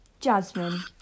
Jasmine